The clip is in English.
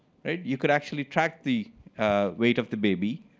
you should actually practical the weight of the baby,